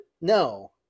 No